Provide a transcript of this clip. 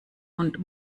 und